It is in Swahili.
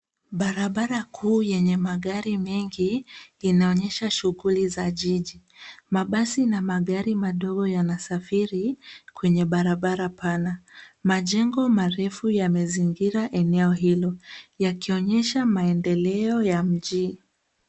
Barabara kuu yenye magari mengi, inaonyesha shughuli za jiji. Mabasi na magari madogo yanasafiri kwenye barabara pana. Majengo marefu yamezingira eneo hilo, yakionyesha maendeleo ya mjini.